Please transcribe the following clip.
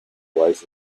lice